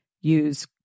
Use